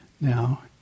now